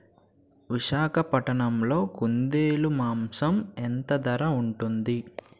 విశాఖపట్నంలో కుందేలు మాంసం ఎంత ధర ఉంటుంది?